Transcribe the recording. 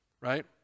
right